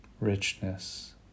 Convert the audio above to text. richness